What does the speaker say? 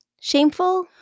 shameful